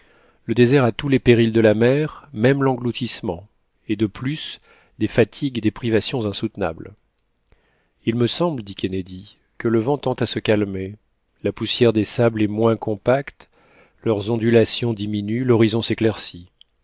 le désert a tous les périls de la mer même l'engloutissement et de plus des fatigues et des privations insoutenables il me semble dit kennedy que le vent tend à se calmer la poussière des sables est moins compacte leurs ondulations diminuent l'horizon s'éclaircit